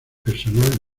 personal